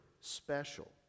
special